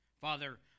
Father